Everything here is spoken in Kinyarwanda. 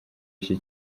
iki